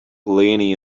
leaning